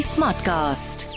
Smartcast